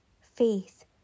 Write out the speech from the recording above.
faith